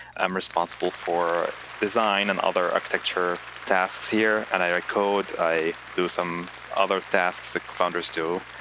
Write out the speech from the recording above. i'm responsible for design and other architecture tasks here. and i write code, i do some other tasks that co-founders do,